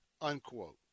unquote